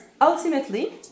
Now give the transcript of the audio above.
ultimately